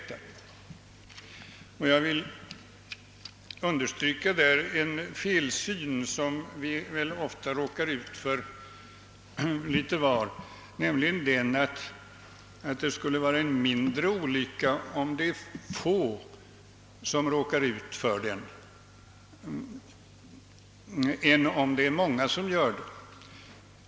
Jag will därvidlag understryka en felsyn, som vi väl ofta råkar ut för litet var, nämligen att det skulle vara en mindre olycka, om det är få som råkar ut för den, än om det är många som gör det.